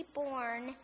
born